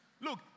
Look